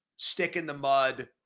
stick-in-the-mud